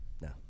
No